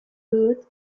good